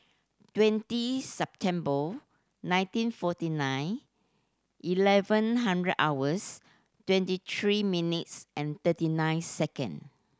twenty September nineteen forty nine eleven hundred hours twenty three minutes and thirty nine second